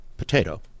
potato